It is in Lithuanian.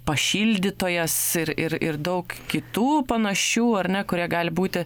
pašildytojas ir ir ir daug kitų panašių ar ne kurie gali būti